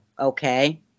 okay